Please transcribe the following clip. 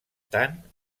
tant